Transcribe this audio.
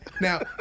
now